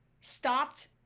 stopped